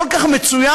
כל כך מצוין,